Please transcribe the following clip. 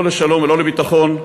לא לשלום ולא לביטחון,